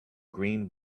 green